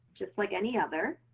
just like any other.